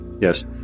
Yes